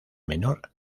menor